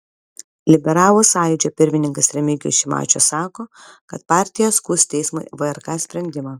liberalų sąjūdžio pirmininkas remigijus šimašius sako kad partija skųs teismui vrk sprendimą